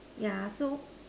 yeah so